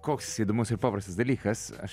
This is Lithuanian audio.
koks įdomus ir paprastas dalykas aš